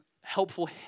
helpful